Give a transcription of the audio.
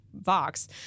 Vox